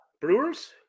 Brewers